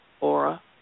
aura